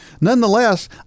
Nonetheless